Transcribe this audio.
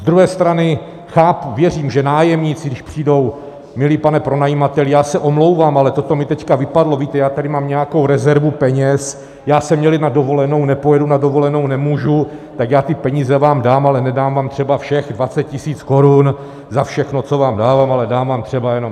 Z druhé strany chápu, věřím, že nájemníci, když přijdou, milý pane pronajímateli, já se omlouvám, ale toto mi teď vypadlo, víte, já tady mám nějakou rezervu peněz, já jsem měl jet na dovolenou, nepojedu na dovolenou, nemůžu, tak já ty peníze vám dám, ale nedám vám třeba všech dvacet tisíc korun za všechno, co vám dávám, ale dám vám třeba jenom deset.